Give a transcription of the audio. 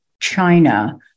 China